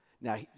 Now